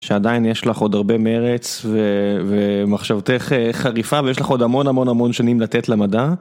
שעדיין יש לך עוד הרבה מרץ ומחשבתך חריפה ויש לך עוד המון המון המון שנים לתת למדע.